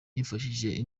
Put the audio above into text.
nifashishije